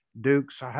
Duke's